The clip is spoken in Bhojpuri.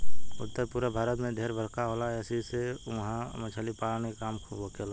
उत्तर पूरब भारत में ढेर बरखा होला ऐसी से उहा मछली पालन के काम खूब होखेला